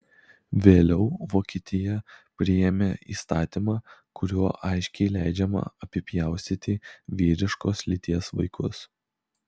vėliau vokietija priėmė įstatymą kuriuo aiškiai leidžiama apipjaustyti vyriškos lyties vaikus